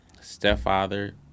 stepfather